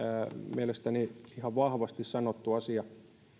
mielestäni ihan vahvasti sanottu asia